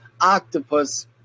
octopus